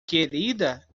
querida